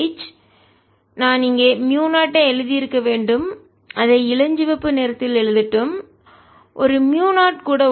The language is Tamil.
எனவே நான் இங்கே மியூ0 ஐ எழுதியிருக்க வேண்டும் அதை இளஞ்சிவப்பு நிறத்தில் எழுதட்டும் ஒரு மியூ0 கூட உள்ளது